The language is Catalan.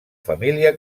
família